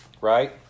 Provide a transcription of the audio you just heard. right